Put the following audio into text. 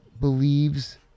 believes